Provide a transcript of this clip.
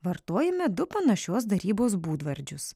vartojame du panašios darybos būdvardžius